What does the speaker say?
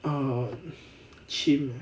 err chim